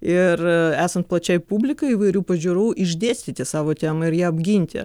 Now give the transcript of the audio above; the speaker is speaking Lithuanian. ir esant plačiai publikai įvairių pažiūrų išdėstyti savo temą ir ją apginti